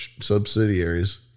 subsidiaries